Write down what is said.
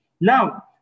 Now